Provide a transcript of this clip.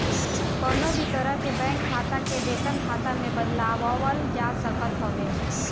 कवनो भी तरह के बैंक खाता के वेतन खाता में बदलवावल जा सकत हवे